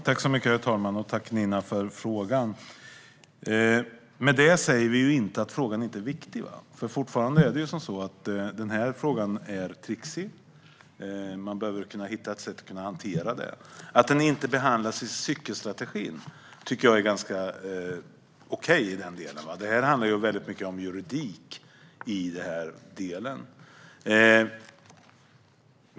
Herr talman! Tack, Nina, för frågan! Med det här säger vi inte att frågan inte är viktig. Fortfarande är det så att den är trixig. Man behöver hitta ett sätt att kunna hantera detta. Att frågan inte behandlas i cykelstrategin tycker jag är ganska okej. Det handlar mycket om juridik i den här delen.